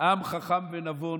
עם חכם ונבון,